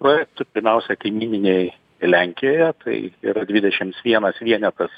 projektų pirmiausia kaimyninėj lenkijoje tai yra dvidešimts vienas vienetas